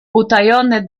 utajone